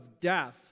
death